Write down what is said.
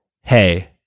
hey